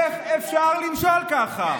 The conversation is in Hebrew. איך אפשר למשול ככה?